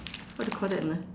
what do you call that ah